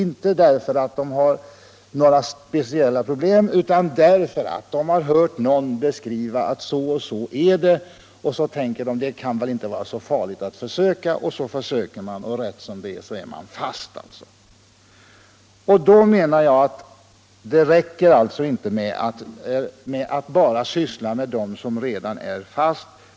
De har alltså inte några speciella problem, utan de har hört någon beskriva att så och så är det med knark, och så tänker de att det väl inte kan vara så farligt att försöka. Så försöker de, och rätt som det är är de fast. Det räcker alltså inte med att bara syssla med dem som redan är fast.